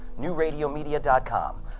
Newradiomedia.com